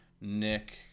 Nick